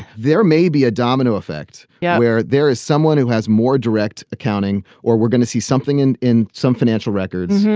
there may be a domino effect yeah where there is someone who has more direct accounting or we're gonna see something in in some financial records.